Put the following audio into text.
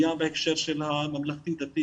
קיים בהקשר של הממלכתי-דתי,